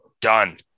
Done